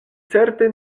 certe